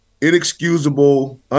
inexcusable